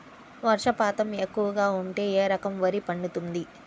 వర్షపాతం ఎక్కువగా ఉంటే ఏ రకం వరి పండుతుంది?